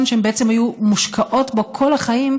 שהם בעצם היו מושקעות בו כל החיים,